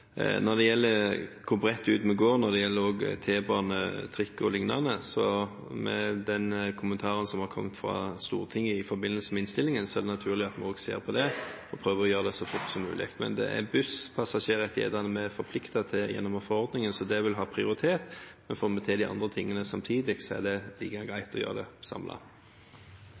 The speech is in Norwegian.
Når det gjelder hvor bredt vi går ut med tanke på T-bane, trikk o.l., og med den kommentaren som har kommet fra Stortinget i forbindelse med innstillingen, er det naturlig at vi òg ser på det og prøver å gjøre det så fort som mulig. Men det er busspassasjerrettighetene vi er forpliktet til gjennom forordningen, så det vil ha prioritet, men får vi til de andre tingene samtidig, er det like greit å gjøre det